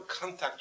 contact